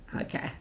okay